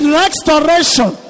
restoration